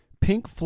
Pink